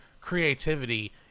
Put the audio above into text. creativity